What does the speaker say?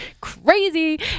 Crazy